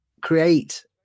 create